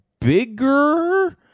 bigger